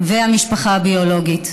והמשפחה הביולוגית.